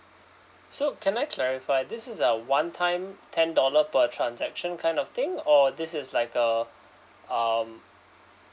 so can I clarify this is a one time ten dollar per transaction kind of thing or this is like a um